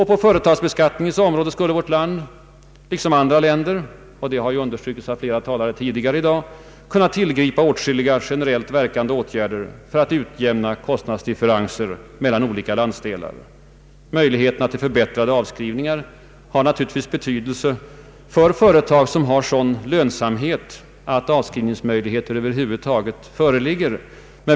På företagsbeskattningens område skulle vårt land liksom andra länder, det har understrukits av flera talare tidigare i dag, kunna tillgripa åtskilliga generellt verkande åtgärder för att utjämna kostnadsdifferenserna mellan olika landsdelar. Möjligheterna till förbättrade avskrivningar har naturligtvis betydelse för företag som har sådan lönsamhet att avskrivningsmöjligheter föreligger.